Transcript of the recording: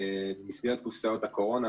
במסגרת קופסאות הקורונה,